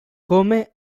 come